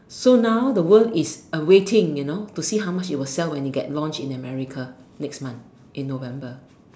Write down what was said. so now the world is awaking you know to see how much it will sell when it get launched in America next month in November